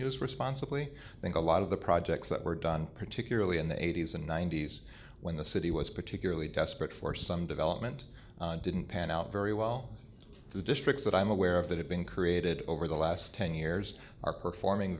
used responsibly i think a lot of the projects that were done particularly in the eighty's and ninety's when the city was particularly desperate for some development didn't pan out very well in the districts that i'm aware of that have been created over the last ten years are performing